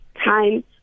time